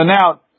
now